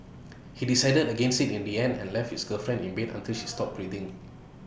he decided against IT in the end and left his girlfriend in bed until she stopped breathing